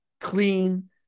clean